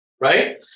right